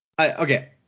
Okay